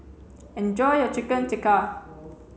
enjoy your Chicken Tikka